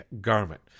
garment